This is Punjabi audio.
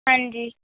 ਹਾਂਜੀ